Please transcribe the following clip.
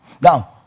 Now